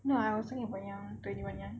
no I was thinking about yang two N E one yang